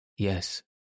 Yes